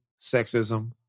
sexism